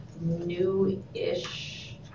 new-ish